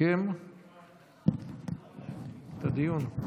לסכם את הדיון.